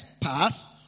pass